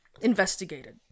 investigated